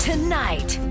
Tonight